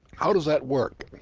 how does that work?